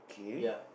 ya